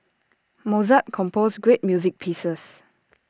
Mozart composed great music pieces